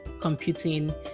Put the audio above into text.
computing